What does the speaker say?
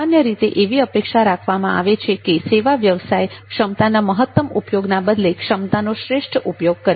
સામાન્ય રીતે એવી અપેક્ષા રાખવામાં આવે છે કે સેવા વ્યવસાય ક્ષમતાના મહત્તમ ઉપયોગના બદલે ક્ષમતાનો શ્રેષ્ઠ ઉપયોગ કરે